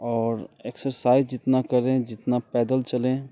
और एक्सरसाइज जितना करें जितना पैदल चलें